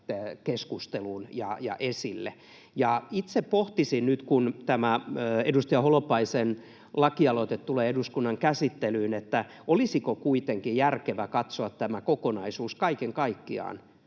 keskusteluun ja esille. Ja itse pohtisin nyt, kun tämä edustaja Holopaisen lakialoite tulee eduskunnan käsittelyyn, olisiko kuitenkin järkevää katsoa tämä kokonaisuus kaiken kaikkiaan